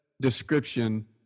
description